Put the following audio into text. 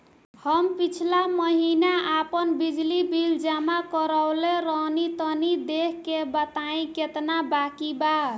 हम पिछला महीना आपन बिजली बिल जमा करवले रनि तनि देखऽ के बताईं केतना बाकि बा?